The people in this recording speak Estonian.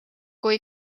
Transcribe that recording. kui